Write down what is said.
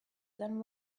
than